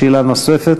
שאלה נוספת.